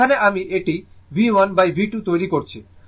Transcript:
তো এখানে আমি এটি V1V2 তৈরি করছি